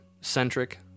centric